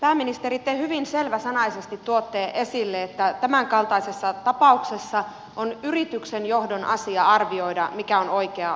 pääministeri te hyvin selväsanaisesti tuotte esille että tämänkaltaisessa tapauksessa on yrityksen johdon asia arvioida mikä on oikea toimintalinja